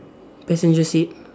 passenger seat